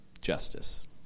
justice